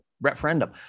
referendum